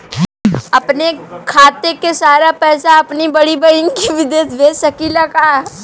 अपने खाते क सारा पैसा अपने बड़ी बहिन के विदेश भेज सकीला का?